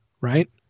right